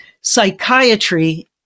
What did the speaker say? psychiatry